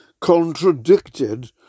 contradicted